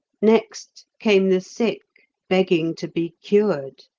next came the sick begging to be cured.